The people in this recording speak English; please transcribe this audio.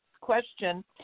question